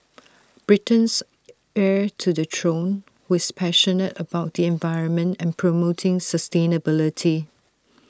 Britain's heir to the throne who is passionate about the environment and promoting sustainability